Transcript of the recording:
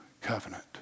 covenant